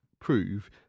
prove